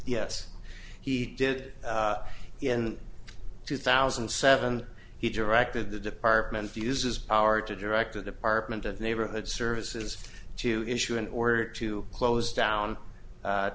yes he did in two thousand and seven he directed the department uses power to direct the department of neighborhood services to issue an order to close down